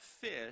fish